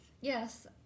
Yes